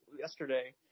yesterday